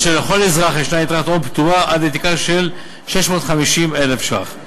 ולכל אזרח יש יתרת הון פטורה עד לתקרה של 650,000 שקלים.